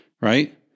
right